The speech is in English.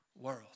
world